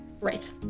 Right